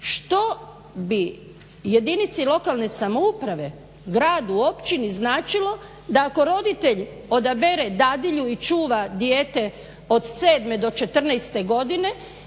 što bi jedinici lokalne samoupravi, gradu, općini značilo da ako roditelj odabere dadilju i čuva dijete od 7.do 14.godine